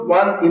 one